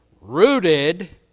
rooted